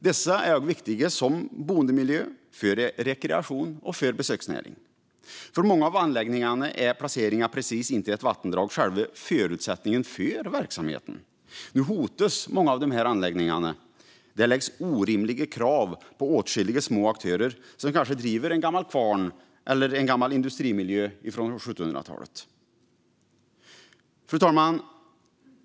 Dessa är viktiga som boendemiljö, för rekreation och för besöksnäring. För många av anläggningarna är placeringen precis intill ett vattendrag själva förutsättningen för verksamheten. Nu hotas många av dessa anläggningar. Det läggs orimliga krav på åtskilliga små aktörer som kanske driver en gammal kvarn eller bevarar en gammal industrimiljö från 1700-talet. Fru talman!